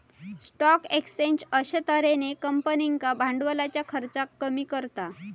stock exchange अश्या तर्हेन कंपनींका भांडवलाच्या खर्चाक कमी करता